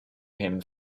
him